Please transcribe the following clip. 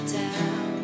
down